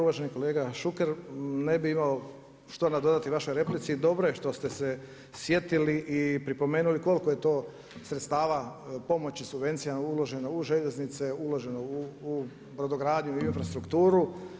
Uvaženi kolega Šuker, ne bi imao što nadodati u vašoj replici, dobro je što ste se sjetili i pripomenuli koliko je to sredstava pomoći subvencija uloženo u željeznice, uloženo u brodogradnju i infrastrukturu.